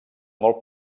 molt